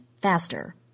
faster